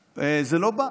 זה לא בא.